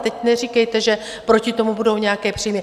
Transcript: A teď neříkejte, že proti tomu budou nějaké příjmy.